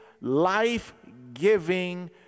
life-giving